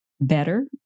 better